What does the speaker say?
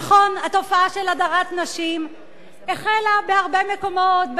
נכון שהתופעה של הדרת נשים החלה בהרבה מקומות,